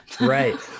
Right